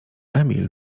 emil